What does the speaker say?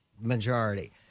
majority